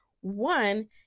One